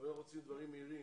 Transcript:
אבל אנחנו רוצים דברים מהירים.